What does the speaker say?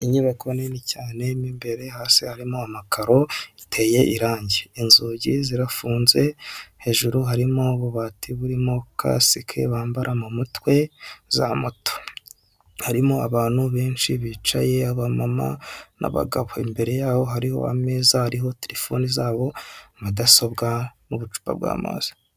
Inyubako nini cyane imbere hasi harimo amakaro iteye irangi inzugi zirafunze hejuru harimo ububati burimo casike bambara mu mutwe za moto harimo abantu benshi bicaye abamama n'abagabo imbere yaho hariho ameza hariho terefone zabo, mudasobwa n'ubucupa bw'amazi.